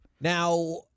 Now